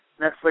Netflix